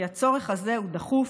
כי הצורך הזה הוא דחוף,